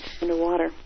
underwater